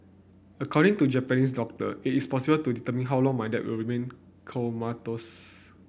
according to Japanese doctor it is impossible to determine how long my dad will remain comatose